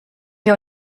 wir